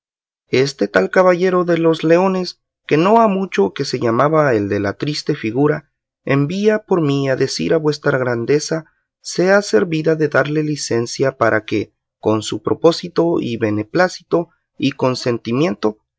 este tal caballero de los leones que no ha mucho que se llamaba el de la triste figura envía por mí a decir a vuestra grandeza sea servida de darle licencia para que con su propósito y beneplácito y consentimiento